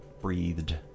breathed